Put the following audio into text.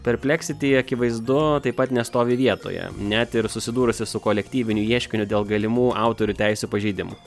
perpleksity akivaizdu taip pat nestovi vietoje net ir susidūrusi su kolektyviniu ieškiniu dėl galimų autorių teisių pažeidimų